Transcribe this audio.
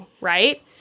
right